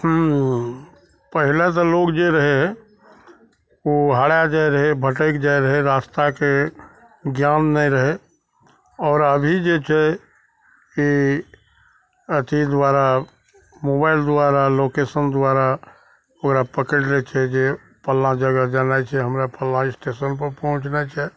हँ पहिले तऽ लोक जे रहै ओ हरै जाए रहै भटकि जाए रहै रस्ताके ज्ञान नहि रहै आओर अभी जे छै कि अथी द्वारा मोबाइल द्वारा लोकेशन द्वारा ओकरा पकड़ि लै छै जे फल्लाँ जगह जेनाइ छै हमरा फल्लाँ एस्टेशनपर पहुँचनाइ छै